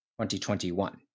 2021